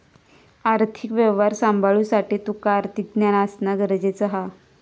आर्थिक व्यवहार सांभाळुसाठी तुका आर्थिक ज्ञान असणा गरजेचा हा